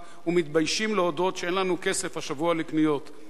ומתביישים להודות שאין להם כסף השבוע לקניות.